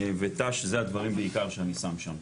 ות"ש זה הדברים זה הדברים בעיקר שאני שם שם,